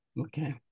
Okay